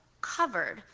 covered